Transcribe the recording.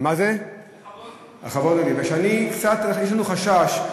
לכבוד לי, חבר הכנסת מקלב.